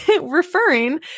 Referring